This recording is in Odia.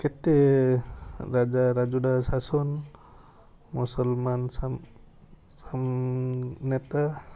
କେତେ ରାଜା ରାଜୁଡ଼ା ଶାସନ ମୁସଲମାନ ସାମ ସାମ ନେତା